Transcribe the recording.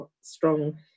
strong